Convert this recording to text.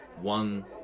one